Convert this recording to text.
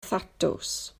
thatws